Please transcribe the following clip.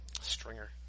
Stringer